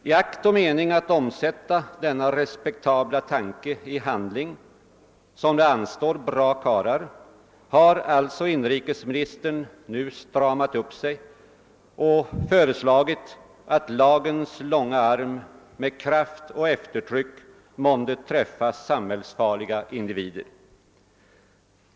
I akt och mening att omsätta denna respektabla tanke i handling, som det anstår bra kariar, har alltså inrikesministern nu stramat upp sig och föreslagit att lagens långa arm med kraft och eftertryck månde träffa samhällsfarliga individer.